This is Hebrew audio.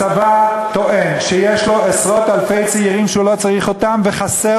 הצבא טוען שיש לו עשרות אלפי צעירים שהוא לא צריך וחסרים